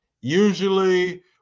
usually